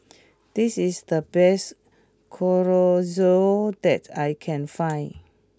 this is the best Chorizo that I can find